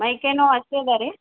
ಮೈ ಕೈ ನೋವು ಅಷ್ಟೇ ಅದಾ ರೀ